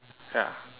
ya